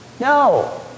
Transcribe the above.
No